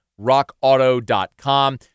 Rockauto.com